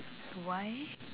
why